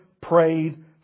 prayed